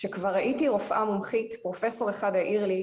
כשכבר הייתי רופאה מומחית פרופסור אחד העיר לי,